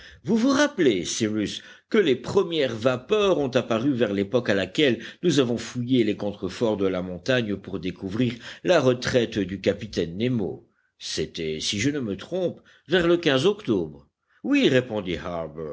vous vous rappelez cyrus que les premières vapeurs ont apparu vers l'époque à laquelle nous avons fouillé les contreforts de la montagne pour découvrir la retraite du capitaine nemo c'était si je ne me trompe vers le octobre oui répondit